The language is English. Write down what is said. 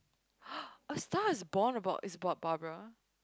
a Star-Is-Born about it's about Barbara